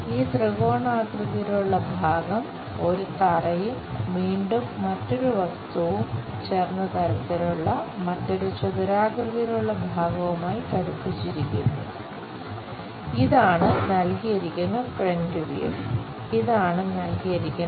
ഈ ത്രികോണാകൃതിയിലുള്ള ഭാഗം ഒരു തറയും വീണ്ടും മറ്റൊരു വസ്തുവും ചേർന്ന തരത്തിലുള്ള മറ്റൊരു ചതുരാകൃതിയിലുള്ള ഭാഗവുമായി ഘടിപ്പിച്ചിരിക്കുന്നു ഇതാണ് നല്കിയിരിക്കുന്ന ഫ്രന്റ് വ്യൂ അതായിരിക്കും